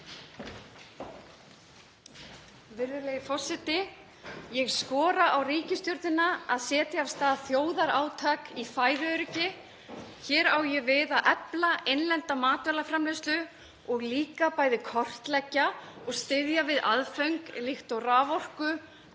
Virðulegi forseti. Ég skora á ríkisstjórnina að setja af stað þjóðarátak í fæðuöryggi. Hér á ég við að efla innlenda matvælaframleiðslu og líka að bæði kortleggja og styðja við aðföng líkt og raforku,